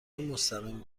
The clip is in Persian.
مستقیم